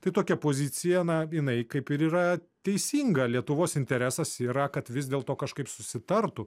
tai tokia pozicija na jinai kaip ir yra teisinga lietuvos interesas yra kad vis dėlto kažkaip susitartų